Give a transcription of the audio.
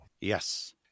yes